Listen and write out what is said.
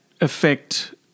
affect